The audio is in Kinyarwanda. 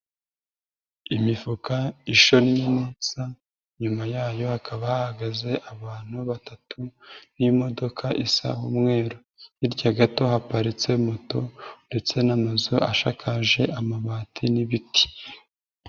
Imifuka ishonnye neza, inyuma yayo hakaba hahagaze abantu batatu n'imodoka isa umweru. Hirya gato haparitse moto ndetse n'amazu ashakaje amabati n'ibiti.